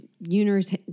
universe